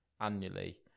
annually